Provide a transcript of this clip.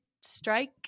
strike